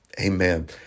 Amen